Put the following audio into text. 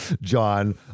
John